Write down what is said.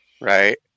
right